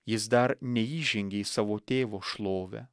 jis dar neįžengė į savo tėvo šlovę